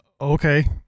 Okay